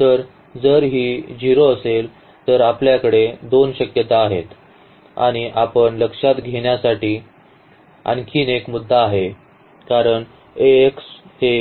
तर जर ही 0 असेल तर आपल्याकडे दोन शक्यता आहेत आणि आपण लक्षात घेण्याकरिता आणखी एक मुद्दा आहे कारण Ax हे